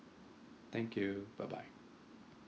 thank you bye bye